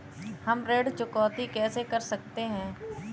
हम ऋण चुकौती कैसे कर सकते हैं?